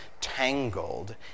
tangled